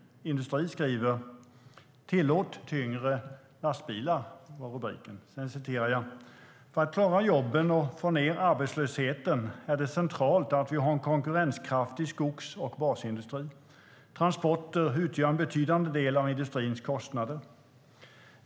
Rubriken var "Tillåt tyngre lastbilar"."För att klara jobben och få ned arbetslösheten är det centralt att vi har en konkurrenskraftig skogs och basindustri. Transporter utgör en betydande del av industrins kostnader.